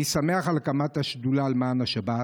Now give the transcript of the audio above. אני שמח על הקמת השדולה למען השבת